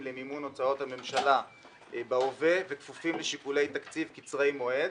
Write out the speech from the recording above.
למימון הוצאות הממשלה בהווה וכפופים לשיקולי תקציב קצרי מועד,